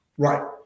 Right